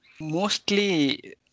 Mostly